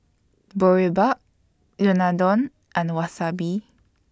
Boribap Unadon and Wasabi